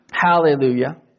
Hallelujah